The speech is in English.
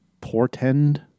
portend